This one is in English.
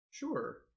Sure